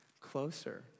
closer